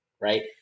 right